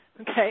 Okay